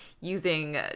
using